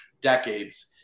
decades